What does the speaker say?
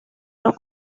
los